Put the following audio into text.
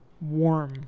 warm